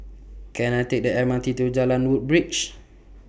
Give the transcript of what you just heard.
Can I Take The M R T to Jalan Woodbridge